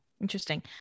Interesting